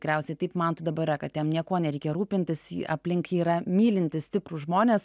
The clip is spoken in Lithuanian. tikriausiai taip mantui dabar yra kad jam niekuo nereikia rūpintis jį aplink jį yra mylintys stiprūs žmonės